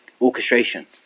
Orchestration